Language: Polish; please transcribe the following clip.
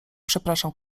przepraszam